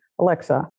Alexa